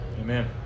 Amen